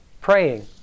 praying